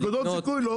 נקודות זיכוי לא.